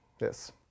yes